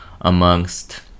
amongst